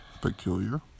Peculiar